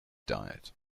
diet